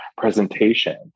presentation